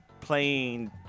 playing